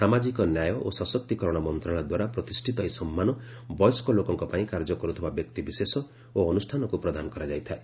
ସାମାଜିକ ନ୍ୟାୟ ଓ ସଶକ୍ତିକରଣ ମନ୍ତ୍ରଣାଳୟ ଦ୍ୱାରା ପ୍ରତିଷ୍ଠିତ ଏହି ସମ୍ମାନ ବୟସ୍କ ଲୋକଙ୍କ ପାଇଁ କାର୍ଯ୍ୟ କରୁଥିବା ବ୍ୟକ୍ତି ବିଶେଷ ଓ ଅନୁଷ୍ଠାନକୁ ପ୍ରଦାନ କରାଯାଇଥାଏ